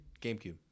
GameCube